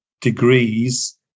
degrees